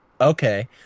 Okay